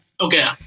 Okay